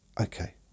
okay